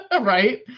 Right